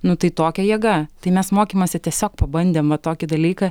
nu tai tokia jėga tai mes mokymąsi tiesiog pabandėm va tokį dalyką